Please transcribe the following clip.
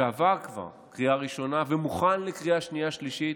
שעבר כבר קריאה ראשונה ומוכן לקריאה השנייה השלישית,